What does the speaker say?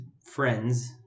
friends